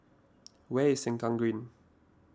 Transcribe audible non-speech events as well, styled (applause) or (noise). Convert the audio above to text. (noise) where is Sengkang Green